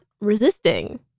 resisting